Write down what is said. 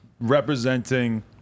representing